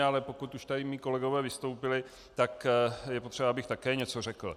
Ale pokud už tady mí kolegové vystoupili, tak je potřeba, abych také něco řekl.